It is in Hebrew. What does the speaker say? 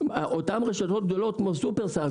אותן רשתות גדולות כמו "שופרסל",